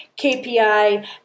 KPI